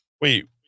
wait